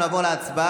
אנחנו נעבור להצבעה,